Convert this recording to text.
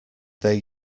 they